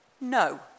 no